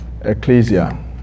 Ecclesia